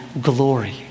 glory